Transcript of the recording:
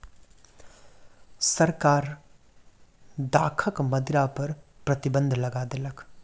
सरकार दाखक मदिरा पर प्रतिबन्ध लगा देलक